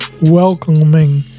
welcoming